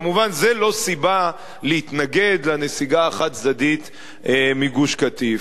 כמובן זו לא סיבה להתנגד לנסיגה החד-צדדית מגוש-קטיף.